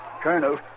Colonel